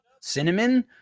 cinnamon